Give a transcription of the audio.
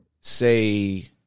say